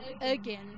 again